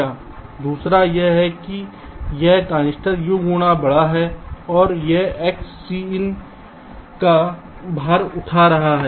दूसरा यह है कि यह ट्रांजिस्टर U गुणा बड़ा है और यह X Cin का भार उठा रहा है